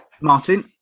Martin